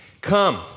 come